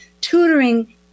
tutoring